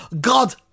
God